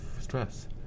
stress